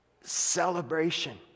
Celebration